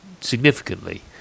significantly